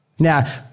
Now